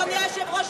אדוני היושב-ראש,